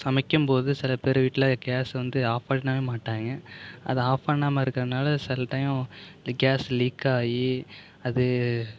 சமைக்கும் போது சில பேர் வீட்டில் கேஸ் வந்து ஆப் பண்ணவே மாட்டாங்க அது ஆஃப் பண்ணாமல் இருக்கிறதுனால சில டைமு கேஸ் லீக் ஆகி அது